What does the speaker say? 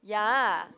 ya